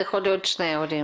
זה יכול להיות שני הורים.